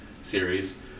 series